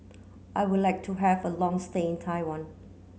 I would like to have a long stay in Taiwan